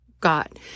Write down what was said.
got